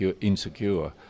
insecure